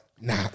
nah